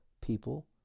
people